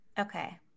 Okay